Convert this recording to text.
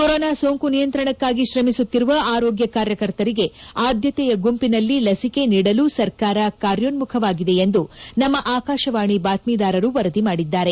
corona ಸೋಂಕು ನಿಯಂತ್ರಣಕ್ಕಾಗಿ ತ್ರಮಿಸುತ್ತಿರುವ ಆರೋಗ್ಲ ಕಾರ್ಯಕರ್ತರಿಗೆ ಆದ್ಲತೆಯ ಗುಂಪಿನಲ್ಲಿ ಲಸಿಕೆ ನೀಡಲು ಸರ್ಕಾರ ಕಾರ್ಯೋನ್ನುಖವಾಗಿದೆ ಎಂದು ನಮ್ನ ಆಕಾಶವಾಣಿ ಬಾತ್ನೀದಾರರು ವರದಿ ಮಾಡಿದ್ದಾರೆ